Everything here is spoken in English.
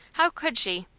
how could she?